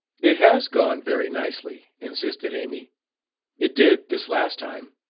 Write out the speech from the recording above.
it has gone very nicely, insisted amy it did, this last time.